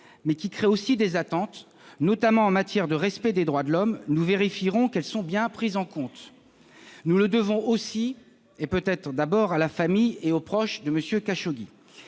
qui crée aussi des attentes, notamment en matière de respect des droits de l'homme : nous vérifierons qu'elles sont bien prises en compte. Nous le devons d'abord à la famille et aux proches de M. Khashoggi.